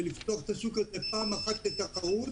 ולפתוח את השוק הזה פעם אחת לתחרות.